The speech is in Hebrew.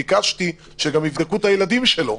ביקשתי שגם יבדקו את הילדים שלו.